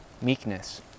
meekness